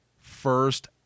first